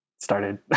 started